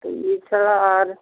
তো এছাড়া আর